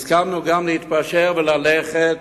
הסכמנו גם להתפשר וללכת